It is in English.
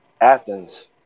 Athens